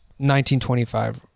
1925